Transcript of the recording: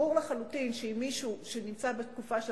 ברור לחלוטין שאם מישהו שנמצא בתקופה של